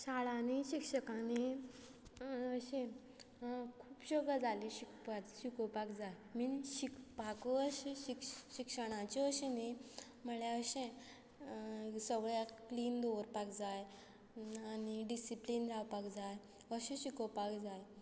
शाळांनी शिक्षकांनी अशें खुबश्यो गजाली शिकपा शिकोवपाक जाय मिन्स शिकपाकूच अशें शिक शिक्षणाच्यो अशें न्ही म्हळ्यार अशें सगळ्याक क्लीन दवरपाक जाय आनी डिसिप्लीन रावपाक जाय अशें शिकोवपाक जाय